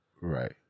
right